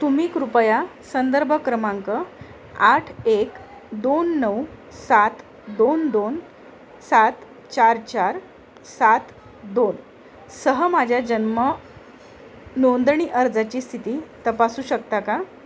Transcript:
तुम्ही कृपया संदर्भ क्रमांक आठ एक दोन नऊ सात दोन दोन सात चार चार सात दोन सह माझ्या जन्म नोंदणी अर्जाची स्थिती तपासू शकता का